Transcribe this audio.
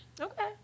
okay